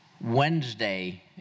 Wednesday